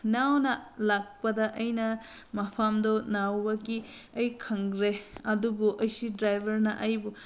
ꯅꯧꯅ ꯂꯥꯛꯄꯗ ꯑꯩꯅ ꯃꯐꯝꯗꯣ ꯅꯧꯕꯒꯤ ꯑꯩ ꯈꯪꯗ꯭ꯔꯦ ꯑꯗꯨꯕꯨ ꯑꯁꯤ ꯗ꯭ꯔꯥꯏꯕꯔꯅ ꯑꯩꯕꯨ